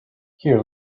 here